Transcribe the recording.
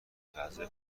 غذای